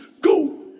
go